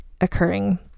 occurring